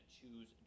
choose